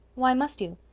why must you?